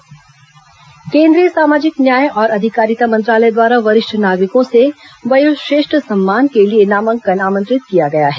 वयोश्रेष्ठ सम्मान केंद्रीय सामाजिक न्याय और अधिकारिता मंत्रालय द्वारा वरिष्ठ नागरिकों से वयोश्रेष्ठ सम्मान के लिए नामांकन आमंत्रित किया गया है